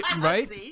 Right